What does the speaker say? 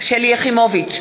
שלי יחימוביץ,